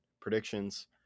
predictions